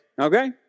Okay